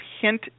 hint